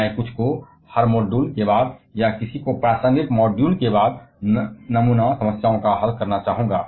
मैं हर मॉड्यूल के बाद या किसी भी प्रासंगिक मॉड्यूल के बाद कुछ नमूना समस्याओं को हल करना चाहूंगा